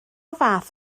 fath